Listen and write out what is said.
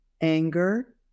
anger